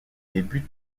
débute